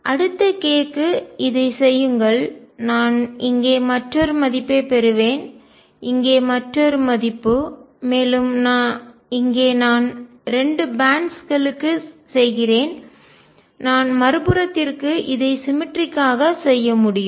அடுத்த k க்கு இதைச் செய்யுங்கள் நான் இங்கே மற்றொரு மதிப்பைப் பெறுவேன் இங்கே மற்றொரு மதிப்பு மேலும் இங்கே நான் 2 பேன்ட்ஸ் பட்டைகள் களுக்குச் செய்கிறேன் நான் மறுபுறத்திற்கு இதை சிமெட்ரிக்ஆக சமச்சீராக செய்ய முடியும்